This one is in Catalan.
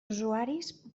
usuaris